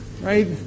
Right